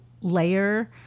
layer